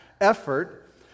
effort